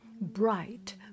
bright